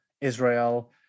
Israel